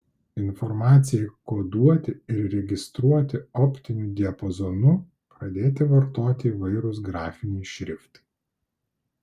informacijai koduoti ir registruoti optiniu diapazonu pradėti vartoti įvairūs grafiniai šriftai